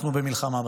אנחנו במלחמה בצפון.